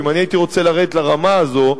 אם אני הייתי רוצה לרדת לרמה הזו,